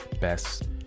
best